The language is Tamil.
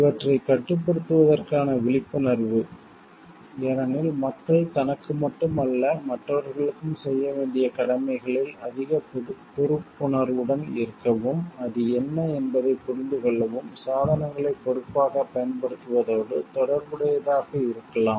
இவற்றைக் கட்டுப்படுத்துவதற்கான விழிப்புணர்வு ஏனெனில் மக்கள் தனக்கு மட்டும் அல்ல மற்றவர்களுக்கும் செய்ய வேண்டிய கடமைகளில் அதிகப் பொறுப்புணர்வுடன் இருக்கவும் அது என்ன என்பதைப் புரிந்துகொள்ளவும் சாதனங்களை பொறுப்பாகப் பயன்படுத்துவதோடு தொடர்புடையதாக இருக்கலாம்